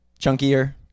Chunkier